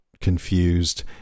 confused